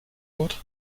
wort